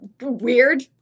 weird